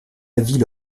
ville